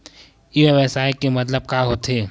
ई व्यवसाय के मतलब का होथे?